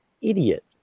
idiot